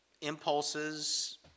impulses